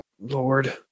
Lord